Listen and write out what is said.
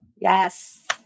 Yes